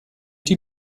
die